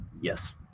Yes